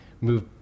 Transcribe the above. move